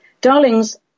Darlings